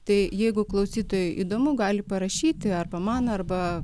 tai jeigu klausytojui įdomu gali parašyti arba man arba